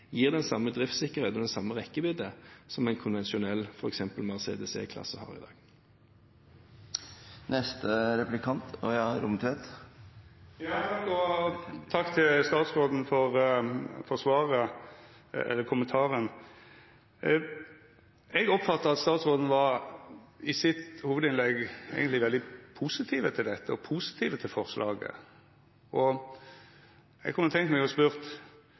gir den samme driftssikkerheten og den samme rekkevidden som en konvensjonell f.eks. Mercedes E-klasse har i dag. Takk til statsråden for svaret. Eg oppfatta at statsråden i sitt hovudinnlegg eigentleg var veldig positiv til dette og positiv til forslaget. Eg kunne tenkt meg å